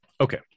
Okay